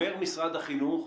אומר משרד החינוך: